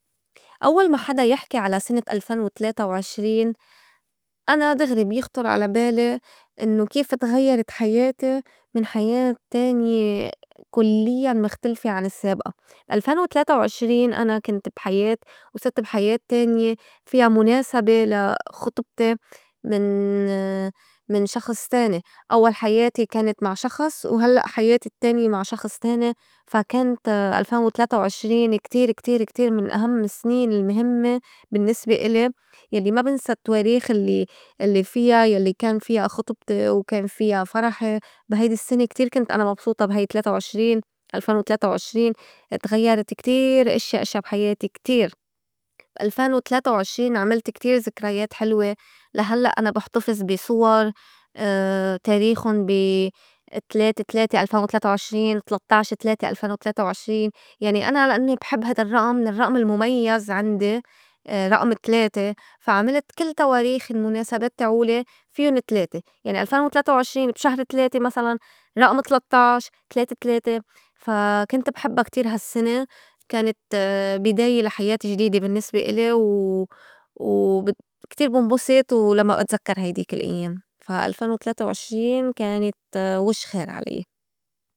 أوّل ما حدا يحكي على سنة الألفين وتلاته وعشرين أنا دغري بيخطُر على بالي إنّو كيف تغيّرت حياتي من حياة تانية كُليّاً مختلفة عن السّابقة. ألفين وتلاته وعشرين أنا كنت بحياة وصرت بحياة تانية فيا مُناسبة لا خطبتي من- من شخص تاني. أوّل حياتي كانت مع شخص وهلّأ حياتي التّانية مع شخص تاني. فا كانت ألفين وتلاته وعشرين كتير- كتير- كتير من أهم السنين المْهمّة بالنّسبة إلي يلّي ما بنسى التواريخ الّي- الّي فيا يلّي كان فيا خُطبتين وكان فيا فرحي، بي هيدي السّنة كتير كنت أنا مبسوطة بي هاي تلاته وعشرين. ألفين وتلاته وعشرين تغيّرت كتير إشيا- إشيا بحياتي كتير. ألفين و تلاته وعشرين عملت كتير ذكريات حلوة لا هلّأ أنا بحتفظ بي صور تاريخٌ بي تلاته تلاته ألفين وتلاته وعشرين، تلت طّاعش تلاته ألفين وتلاته وعشرين، يعني أنا لأنّي بحب هيدا الرّئم من الرّئم المُميّز عندي رئم تلاته. فا عملت كل تواريخ المُناسبات تعولي فيُّن تلاته، يعني ألفين وتلاته وعشرين بشهر تلاته مسلاً رئم تلت طّاعش تلاته تلاته. فا كنت بحبّا كتير هالسنه كانت بداية لا حياة جديدة بالنّسبة إلي و وبت كتير بنبُسط لمّا بتزكّر هيديك الأيّام. فا ألفين وتلاته وعشرين كانت وش خير عليّة.